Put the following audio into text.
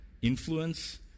Influence